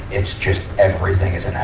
it's just everything is